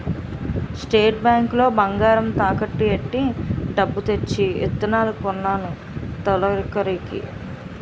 state bank లో బంగారం తాకట్టు ఎట్టి డబ్బు తెచ్చి ఇత్తనాలు కొన్నాను తొలకరికి